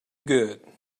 good